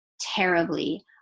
terribly